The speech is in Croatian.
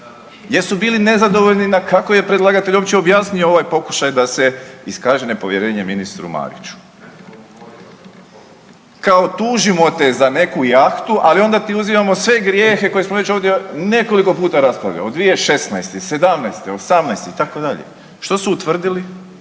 su bili nezadovoljni kako je predlagatelj uopće objasnio ovaj pokušaj da se iskaže nepovjerenje ministru Mariću. Kao tužimo te za neku jahtu, ali onda ti uzimamo sve grijehe koje smo već ovdje nekoliko puta raspravljali od 2016., '17,. '18, itd.. Što su utvrdili?